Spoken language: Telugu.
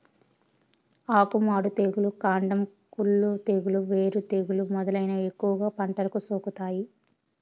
ఆకు మాడు తెగులు, కాండం కుళ్ళు తెగులు, వేరు తెగులు మొదలైనవి ఎక్కువగా పంటలకు సోకుతాయి